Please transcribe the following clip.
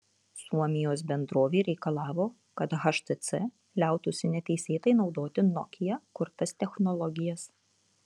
suomijos bendrovė reikalavo kad htc liautųsi neteisėtai naudoti nokia kurtas technologijas